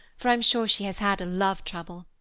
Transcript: for i'm sure she has had a love trouble.